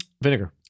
vinegar